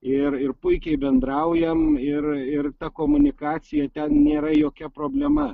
ir ir puikiai bendraujam ir ir ta komunikacija ten nėra jokia problema